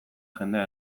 jendea